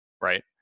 right